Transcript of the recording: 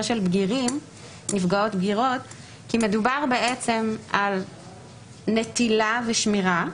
של נפגעות בגירות כי מדובר על נטילה ושמירה.